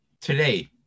today